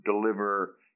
deliver